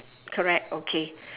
correct okay